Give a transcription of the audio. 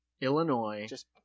Illinois